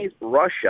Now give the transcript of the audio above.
Russia